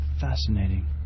Fascinating